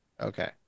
Okay